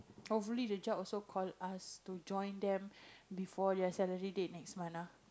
hopefully the job also call us to join them before their salary date next month ah